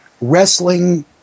wrestling